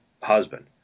husband